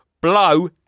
blow